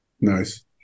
Nice